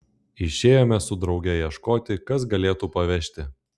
išėjome su drauge ieškoti kas galėtų pavežti